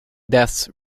deaths